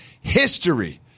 history